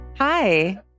Hi